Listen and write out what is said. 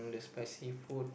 spicy food